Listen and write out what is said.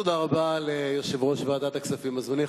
תודה רבה ליושב-ראש ועדת הכספים הזמנית,